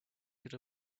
could